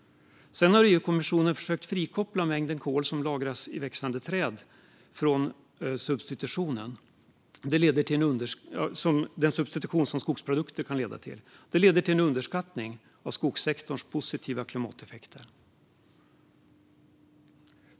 EU-kommissionen har också försökt frikoppla mängden kol som lagras i växande träd från den substitution som skogsprodukter kan stå för. Detta leder till en underskattning av skogssektorns positiva klimateffekter.